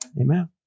Amen